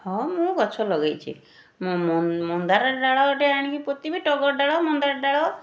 ହଁ ମୁଁ ଗଛ ଲଗେଇଛି ମୁଁ ମନ୍ଦାର ଡାଳଟେ ଆଣିକି ପୋତିବି ଟଗର ଡାଳ ମନ୍ଦାର ଡାଳ